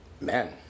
Man